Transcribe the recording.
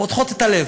הן פותחות את הלב,